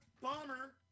bomber